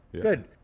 Good